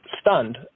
stunned